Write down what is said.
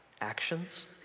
actions